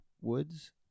woods